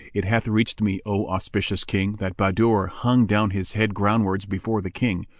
it hath reached me, o auspicious king, that bahadur hung down his head groundwards before the king,